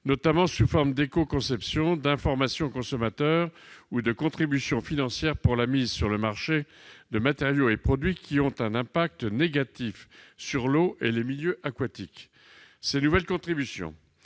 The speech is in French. notamment sous forme d'éco-conception, d'information du consommateur ou de contributions financières pour la mise sur le marché de matériaux et produits qui ont un impact négatif sur l'eau et les milieux aquatiques. Ces nouvelles contributions,